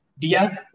Diaz